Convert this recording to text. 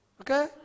Okay